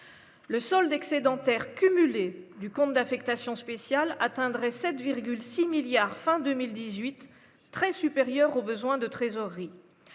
Le solde excédentaire du compte d'affectation spéciale atteindrait 7,6 milliards fin 2018 très supérieur aux besoins de trésorerie,